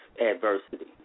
adversity